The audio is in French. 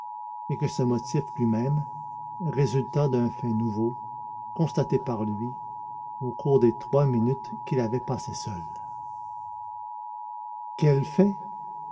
et que ce motif lui-même résultât d'un fait nouveau constaté par lui au cours des trois minutes qu'il avait passées seul quel fait